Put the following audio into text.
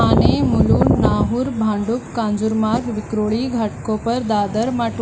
Thane Mulund Nahur Bhandup Kanjurmarg Vikhroli Ghatkopar Dadar माटु